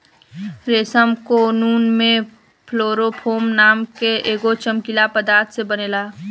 रेशम कोकून में फ्लोरोफोर नाम के एगो चमकीला पदार्थ से बनेला